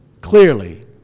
clearly